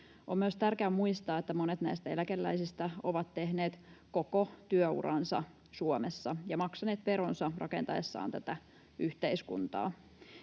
On myös tärkeää muistaa, että monet näistä eläkeläisistä ovat tehneet koko työuransa Suomessa ja maksaneet veronsa rakentaessaan tätä yhteiskuntaa.